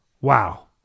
Wow